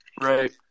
Right